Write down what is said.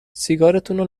سیگارتونو